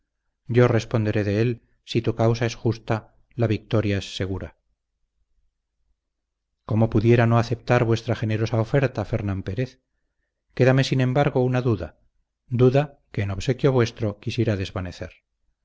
yo responderé de él si tu causa es justa la victoria es segura cómo pudiera no aceptar vuestra generosa oferta fernán pérez quédame sin embargo una duda duda que en obsequio vuestro quisiera desvanecer